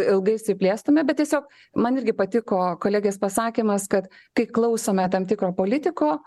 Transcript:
ilgai išsiplėstume bet tiesiog man irgi patiko kolegės pasakymas kad kai klausome tam tikro politiko